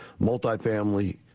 Multifamily